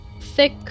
thick